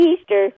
Easter